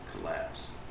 collapse